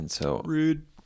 Rude